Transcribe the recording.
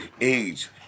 age